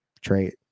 trait